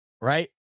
right